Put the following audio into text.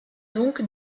donc